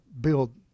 build